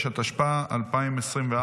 התשפ"ה 2024,